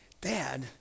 Dad